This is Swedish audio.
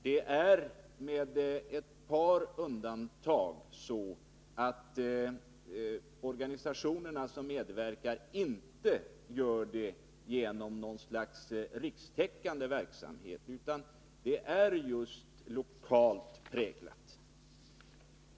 Det är med ett par undantag så, att de organisationer som medverkar inte gör det genom något slags rikstäckande verksamhet, utan verksamheten är just lokalt präglad.